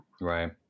Right